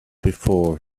before